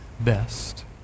best